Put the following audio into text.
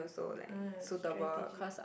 uh strategic